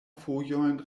fojojn